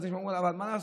אבל מה לעשות?